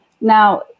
Now